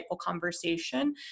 conversation